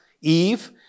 Eve